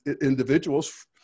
individuals